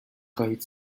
خواهید